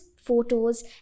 photos